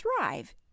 thrive